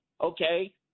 okay